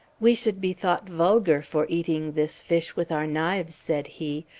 we should be thought vulgar for eating this fish with our knives, said he,